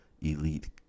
elite